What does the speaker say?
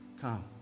come